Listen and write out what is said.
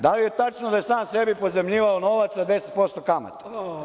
Da li je tačno da je sam sebi pozajmljivao novac sa 10% kamate?